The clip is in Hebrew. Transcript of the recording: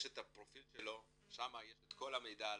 יש את הפרופיל שלו, שם יש את כל המידע עליו.